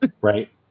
Right